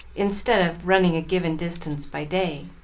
instead of running a given distance by day.